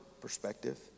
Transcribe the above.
perspective